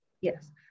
yes